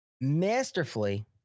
masterfully